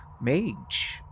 mage